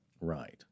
Right